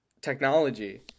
technology